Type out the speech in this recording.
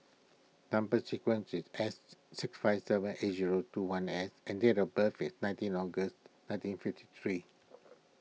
Number Sequence is S six five seven eight zero two one S and date of birth is nineteen August nineteen fifty three